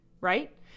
right